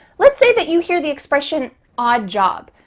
let's say that you hear the expression odd job,